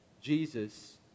Jesus